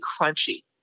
crunchy